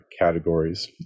categories